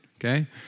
okay